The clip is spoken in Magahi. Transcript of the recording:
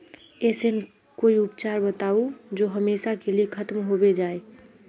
ऐसन कोई उपचार बताऊं जो हमेशा के लिए खत्म होबे जाए?